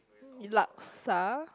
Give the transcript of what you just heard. laksa